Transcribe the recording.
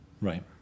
Right